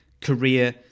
career